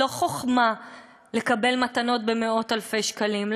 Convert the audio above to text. לא חוכמה לקבל מתנות במאות-אלפי שקלים,